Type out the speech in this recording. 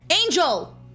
Angel